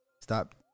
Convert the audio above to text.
Stop